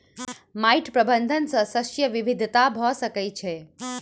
माइट प्रबंधन सॅ शस्य विविधता भ सकै छै